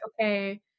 okay